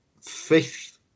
fifth